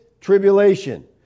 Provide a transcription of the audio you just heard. tribulation